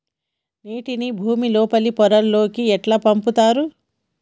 నీటిని భుమి లోపలి పొరలలోకి ఎట్లా పంపుతరు?